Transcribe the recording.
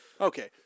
Okay